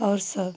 और सब